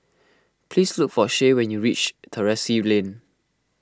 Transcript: please look for Shay when you reach Terrasse Lane